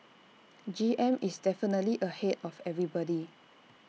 G M is definitely ahead of everybody